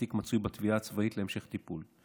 התיק מצוי בתביעה הצבאית להמשך טיפול.